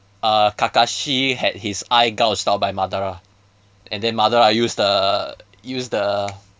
uh kakashi had his eye gauged out by madara and then madara use the use the